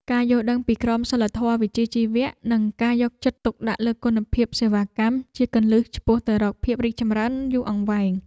ការយល់ដឹងពីក្រមសីលធម៌វិជ្ជាជីវៈ និងការយកចិត្តទុកដាក់លើគុណភាពសេវាកម្មជាគន្លឹះឆ្ពោះទៅរកភាពរីកចម្រើនយូរអង្វែង។